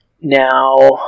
Now